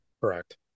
Correct